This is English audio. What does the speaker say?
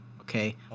Okay